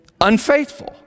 unfaithful